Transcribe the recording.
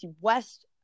West